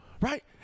Right